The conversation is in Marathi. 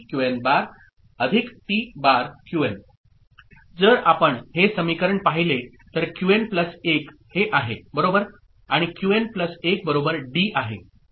Qn जर आपण हे समीकरण पाहिले तर क्यूएन प्लस 1 हे आहे बरोबर आणि क्यूएन प्लस 1 बरोबर डी आहे